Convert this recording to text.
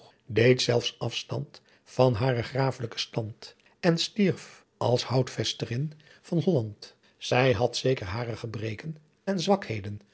deed zelfs afstand van haren grafelijken stand en stierf als houtvesterin van holland zij had zeker hare gebreken en zwakheden